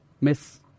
miss